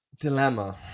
Dilemma